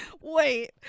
Wait